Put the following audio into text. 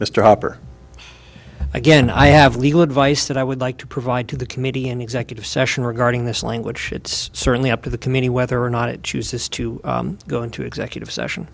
mr hopper again i have legal advice that i would like to provide to the committee in executive session regarding this language it's certainly up to the committee whether or not it chooses to go into executive session